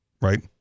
right